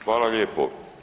Hvala lijepo.